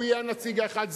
הוא יהיה הנציג האחד.